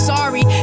Sorry